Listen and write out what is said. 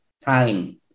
time